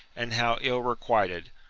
and how ill requited!